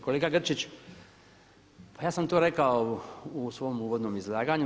Kolega Grčić, pa ja sam to rekao u svom uvodnom izlaganju.